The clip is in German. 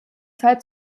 zeit